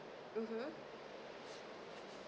mmhmm